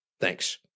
thanks